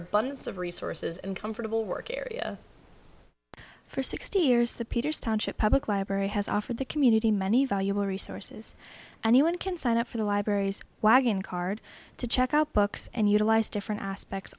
abundance of resources and comfortable work area for sixty years the peters township public library has offered the community many valuable resources and one can sign up for the library's wagon card to check out books and utilize different aspects